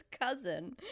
cousin